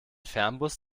fernbus